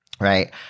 right